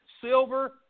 silver